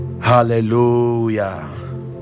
hallelujah